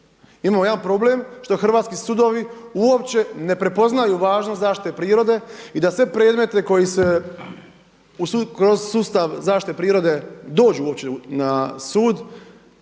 Imamo jedan problem što hrvatski sudovi uopće ne prepoznaju važnost zaštite prirode i da sve predmete koji se kroz sustav zaštite prirode dođu uopće na sud